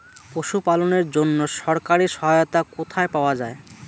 পশু পালনের জন্য সরকারি সহায়তা কোথায় পাওয়া যায়?